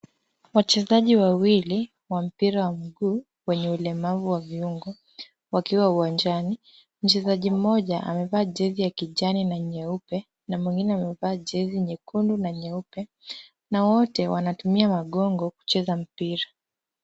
Wachezaji wawili wa mpira wa mguu wenye ulemavu wa viungo wakiwa uwanjani. Mchezaji mmoja amevaa jezi ya kijani na nyeupe, na mwingine amevaa jezi nyekundu na nyeupe n awote wanatumia magongo kucheza mpira.